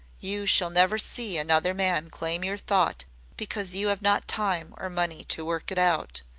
you shall never see another man claim your thought because you have not time or money to work it out.